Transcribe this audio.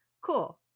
cool